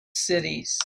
cities